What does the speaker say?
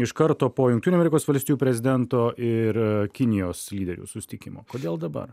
iš karto po jungtinių amerikos valstijų prezidento ir kinijos lyderių susitikimo kodėl dabar